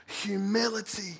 humility